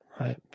right